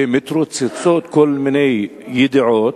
שמתרוצצות כל מיני ידיעות